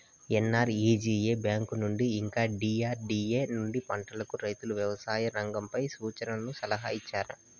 NREGA bank నుండి ఇంకా DRDA నుండి పంటలకు రైతుకు వ్యవసాయ రంగంపై సూచనలను సలహాలు ఇచ్చారా